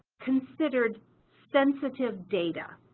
considered sensitive data,